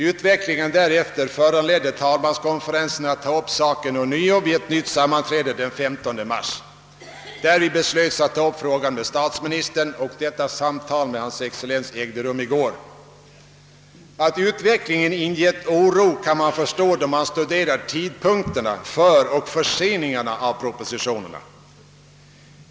Den följande utvecklingen föranledde talmanskonferensen att på nytt ta upp frågan den 15 mars. Därvid beslöts att man skulle diskutera frågan med statsministern, och detta samtal ägde rum i går. Att utvecklingen inger oro kan man förstå när man studerar tidpunkterna för avlämnandet och förseningarna av propositionerna.